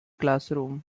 classroom